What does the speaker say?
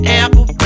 apple